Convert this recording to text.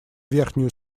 верхнюю